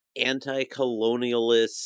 anti-colonialist